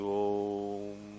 om